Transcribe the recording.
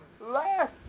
last